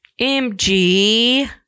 MG